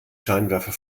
scheinwerfer